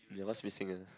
ya what's missing ah